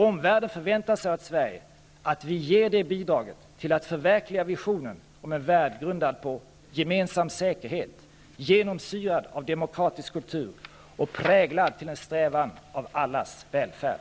Omvärlden förväntar av Sverige att vi ger det bidraget till att förverkliga visionen om en värld grundad på gemensam säkerhet, genomsyrad av en demokratisk kultur och präglad av en strävan till allas välfärd.